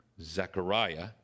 Zechariah